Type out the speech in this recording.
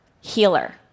healer